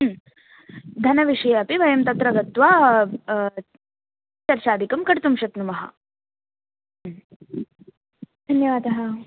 धनविषये अपि वयं तत्र गत्वा चर्चादिकं कर्तुं शक्नुमः धन्यवादः